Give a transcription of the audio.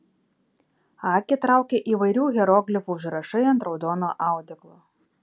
akį traukia įvairių hieroglifų užrašai ant raudono audeklo